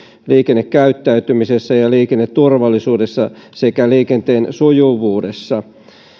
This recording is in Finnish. liikennekäyttämisessä ja liikenneturvallisuudessa sekä liikenteen sujuvuudessa